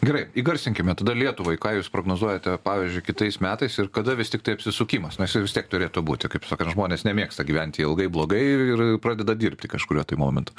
gerai įgarsinkime tada lietuvai ką jūs prognozuojate pavyzdžiui kitais metais ir kada vis tiktai apsisukimas nes jau vis tiek turėtų būti kaip sakant žmonės nemėgsta gyventi ilgai blogai ir pradeda dirbti kažkuriuo tai momentu